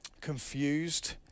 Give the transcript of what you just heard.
Confused